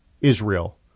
Israel